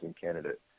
candidate